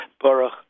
Baruch